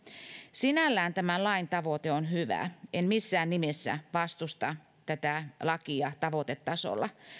sinällään tämän lain tavoite on hyvä en missään nimessä vastusta tätä lakia tavoitetasolla